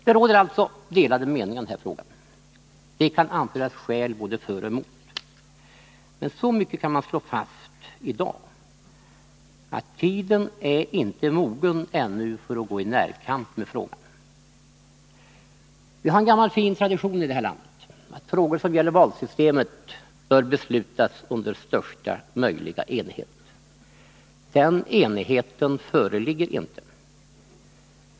Det råder alltså delade meningar i den här frågan. Skäl kan anföras både för och emot. Men så mycket kan man slå fast i dag att tiden ännu inte är mogen för att gå i närkamp med frågan. Vi har en gammal fin tradition i vårt land att frågor som gäller valsystemet bör beslutas under största möjliga enighet. Den enigheten föreligger inte.